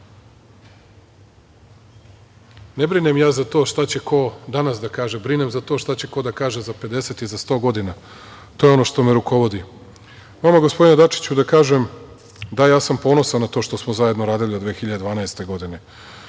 brinem ja za to šta će ko danas da kaže, brinem za to šta će ko da kaže za 50 i za 100 godina, to je ono što me rukovodi. Vama, gospodine Dačiću, da kažem - da, ja sam ponosan na to što smo zajedno radili od 2012. godine.